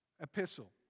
epistle